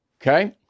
Okay